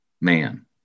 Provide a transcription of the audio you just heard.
man